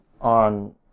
on